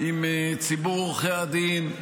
עם ציבור עורכי הדין,